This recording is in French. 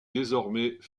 désormais